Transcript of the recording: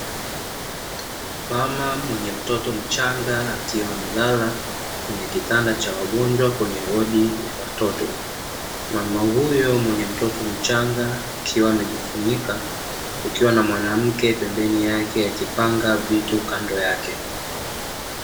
Mama mwenye mtoto mchanga akiwa amelala kwenye kitanda cha wagonjwa kwenye wodi ya watoto. Mama huyo mwenye mtoto mchanga akiwa amejifunika, kukiwa na mwanamke pembeni yake akipanga vitu kando yake.